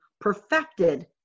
perfected